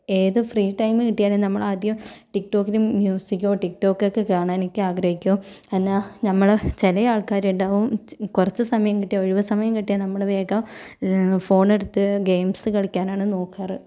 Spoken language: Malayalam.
ഏത് ഫ്രീ ടൈമു കിട്ടിയാലും നമ്മളാദ്യം റ്റിക്റ്റോക്കിനും മ്യൂസിക്കോ റ്റിക്റ്റോക്കൊക്കെ കാണാനൊക്കെ ആഗ്രഹിക്കും നമ്മള് ചില ആൾക്കാരുണ്ടാകും കുറച്ച് സമയം കിട്ടിയ ഒഴിവു സമയം കിട്ടിയാൽ നമ്മള് വേഗം ഫോണെടുത്ത് ഗെയിമ്സ് കളിക്കാനാണ് നോക്കാറ്